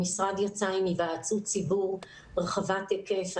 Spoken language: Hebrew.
המשרד יצא עם היוועצות ציבור רחבת היקף.